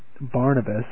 Barnabas